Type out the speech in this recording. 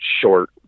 short